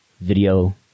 video